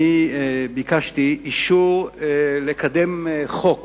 אני ביקשתי אישור לקדם חוק